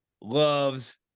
loves